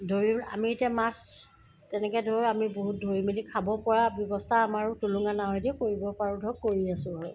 ধৰি লওক আমি এতিয়া মাছ তেনেকৈ ধৰোঁ আমি বহুত ধৰি মেলি খাব পৰা ব্যৱস্থা আমাৰো টুলুঙা নাৱেদি কৰিব পাৰোঁ ধৰক কৰি আছোঁ আৰু